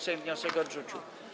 Sejm wniosek odrzucił.